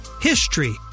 HISTORY